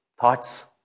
thoughts